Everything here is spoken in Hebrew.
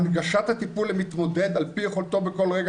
הנגשת הטיפול למתמודד על פי יכולתו בכל רגע